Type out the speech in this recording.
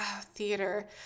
theater